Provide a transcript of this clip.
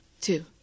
Two